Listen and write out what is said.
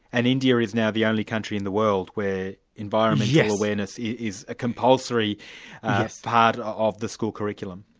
and india is now the only country in the world where environmental yeah awareness is a compulsory part of the school curriculum.